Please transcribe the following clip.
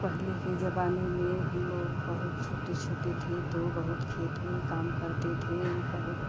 पहले के ज़माने में हम लोग बहुत छोटे छोटे थे तो बहुत खेत में काम करते थे बहुत